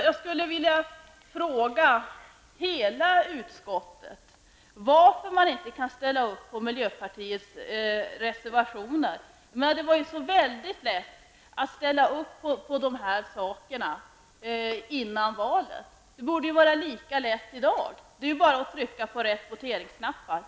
Jag skulle vilja fråga hela utskottet varför man inte kan ställa sig bakom miljöpartiets reservationer. Det var ju så väldigt lätt att ställa sig bakom dessa saker före valet. Det borde ju vara lika lätt i dag. Det är ju bara att trycka på de rätta voteringsknapparna.